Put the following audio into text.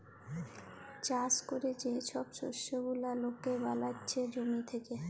চাষ ক্যরে যে ছব শস্য গুলা লকে বালাচ্ছে জমি থ্যাকে